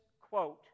quote